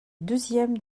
deuxième